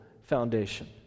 foundation